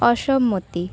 অসম্মতি